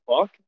fuck